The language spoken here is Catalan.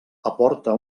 aporta